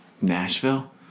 Nashville